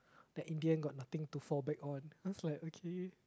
that Indian got nothing to fall back on then I was like okay